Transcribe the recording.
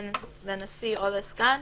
תינתן לנשיא או לסגן?